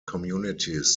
communities